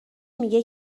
میگه